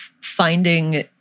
finding